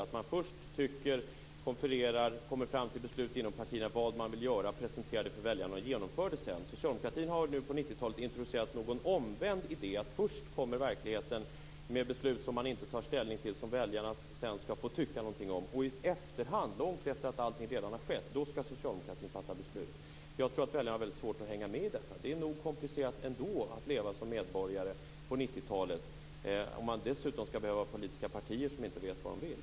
Man tycker först, konfererar och kommer fram till ett beslut inom partiet om vad man vill göra, presenterar det för väljarna och sedan genomför man det. Socialdemokratin har på 90 talet introducerat någon omvänd idé, att först kommer verkligheten med beslut som man inte tar ställning till och som väljarna sedan skall få tyckat till om. I efterhand, långt efter det att allting redan har skett, skall socialdemokratin fatta beslut. Jag tror att väljarna har väldigt svårt att hänga med i detta. Det är nog komplicerat ändå att leva som medborgare på 90-talet, och dessutom skall man ha politiska partier som inte vet vad de vill.